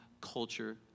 culture